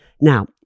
Now